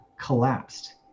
collapsed